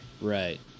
Right